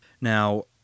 Now